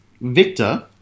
Victor